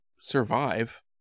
survive